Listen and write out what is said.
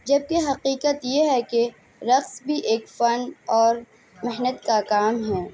جبکہ حقیقت یہ ہے کہ رقص بھی ایک فن اور محنت کا کام ہے